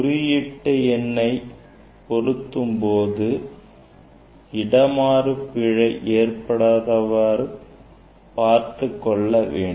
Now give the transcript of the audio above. குறியீட்டு எண்ணை பொருத்தும் போது இடமாறு பிழை ஏற்படாதவாறு பார்த்துக்கொள்ள வேண்டும்